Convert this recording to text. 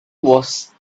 was